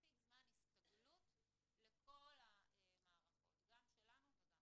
מספיק זמן הסתגלות לכל המערכות, גם שלנו וגם